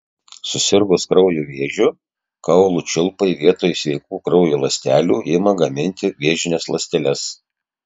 susirgus kraujo vėžiu kaulų čiulpai vietoj sveikų kraujo ląstelių ima gaminti vėžines ląsteles